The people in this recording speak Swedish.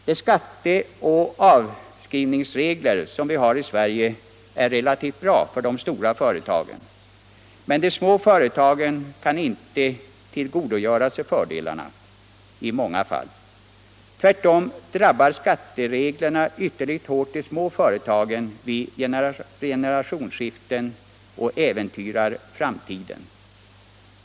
De skatte och avskrivningsregler som vi har i Sverige är relativt bra för de stora företagen, men de små företagen kan i många fall inte tillgodogöra sig fördelarna. Tvärtom drabbar skattereglerna ytterligt de små företagen vid generationsskiften och äventyrar framtiden.